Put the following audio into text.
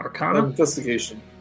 investigation